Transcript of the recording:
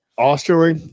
Austria